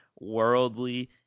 worldly